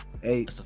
hey